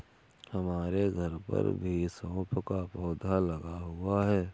हमारे घर पर भी सौंफ का पौधा लगा हुआ है